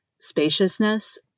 spaciousness